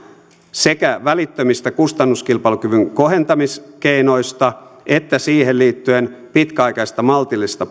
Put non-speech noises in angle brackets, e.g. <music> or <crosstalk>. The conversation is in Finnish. sekä välittömistä kustannuskilpailukyvyn kohentamiskeinoista että siihen liittyen pitkäaikaisesta maltillisesta <unintelligible>